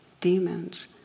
demons